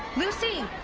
lucy!